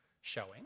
showing